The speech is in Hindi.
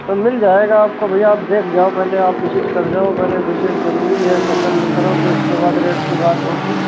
तो मिल जाएगा आपको भैया आप देख जाओ पहले आप विजिट कर जाओ पहले विजिट जरूरी है पसंद करोगे उसके बाद रेट की बात होगी